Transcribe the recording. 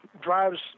drives